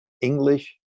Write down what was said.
English